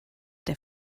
der